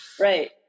Right